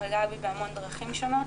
פגע בי בהמון דרכים שונות,